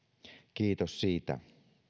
kiitos siitä